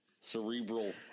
cerebral